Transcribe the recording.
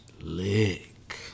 Lick